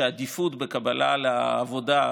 העדיפות בקבלה לעבודה,